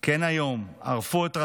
כן היום, ערפו את ראשינו,